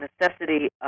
necessity